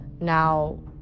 Now